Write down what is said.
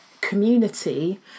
community